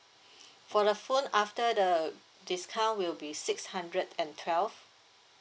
for the phone after the discount will be six hundred and twelve